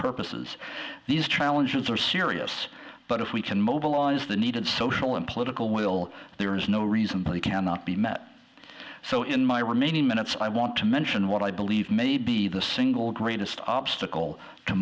purposes these challenges are serious but if we can mobilize the needed social and political will there is no reason the cannot be met so in my remaining minutes i want to mention what i believe may be the single greatest obstacle